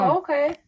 okay